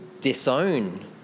disown